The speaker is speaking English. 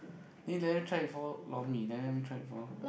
then you never try before lor mee then you never try before